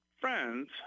friends